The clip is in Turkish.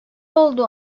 oldu